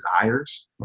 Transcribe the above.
desires